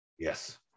Yes